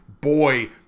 boy